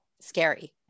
scary